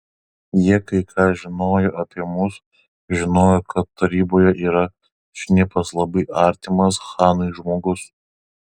jie kai ką žinojo apie mus žinojo kad taryboje yra šnipas labai artimas chanui žmogus